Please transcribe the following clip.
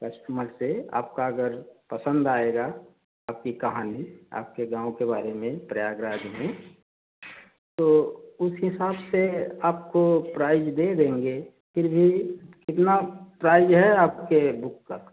customer से आपका अगर पसंद आएगा आपकी कहानी आपके गाँव के बारे में प्रयागराज में तो हिसाब से आपको प्राइज दे देंगे फिर भी कितना प्राइज है आपके बुक का